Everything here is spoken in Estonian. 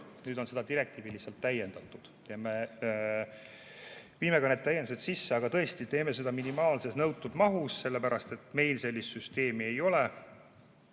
nüüd on seda direktiivi lihtsalt täiendatud. Viime ka need täiendused sisse, aga tõesti teeme seda minimaalses nõutud mahus, sellepärast et meil sellist süsteemi ei ole.